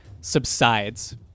subsides